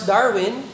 Darwin